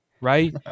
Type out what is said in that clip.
right